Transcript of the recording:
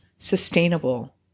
sustainable